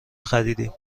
خریدیم